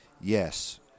Yes